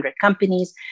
companies